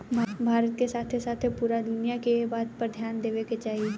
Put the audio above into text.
भारत के साथे साथे पूरा दुनिया के एह बात पर ध्यान देवे के चाही